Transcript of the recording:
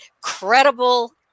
credible